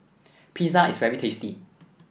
pizza is very tasty